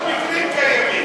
מאות מקרים קיימים.